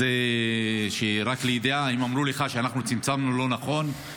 אז רק לידיעה, אם אמרו לך שאנחנו צמצמנו, לא נכון.